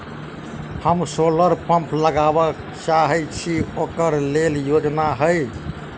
हम solar pump लगाबै चाहय छी ओकरा लेल योजना हय?